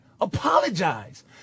Apologize